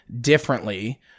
differently